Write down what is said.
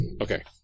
Okay